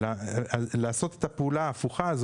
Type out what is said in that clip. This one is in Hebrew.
בואו נעשה את זה הפוך: